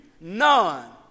None